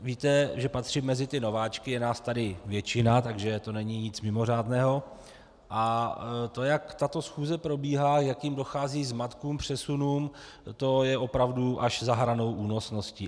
Víte, že patřím mezi nováčky, je nás tady většina, takže to není nic mimořádného, a to, jak tato schůze probíhá, k jakým dochází zmatkům, přesunům, to je opravdu až za hranou únosnosti.